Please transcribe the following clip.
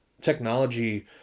technology